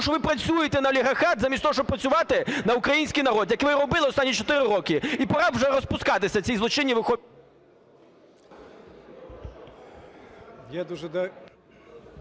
що ви працюєте на олігархат замість того, щоб працювати на український народ, яке ви й робили останні 4 роки. І пора б вже розпускатися цій злочинній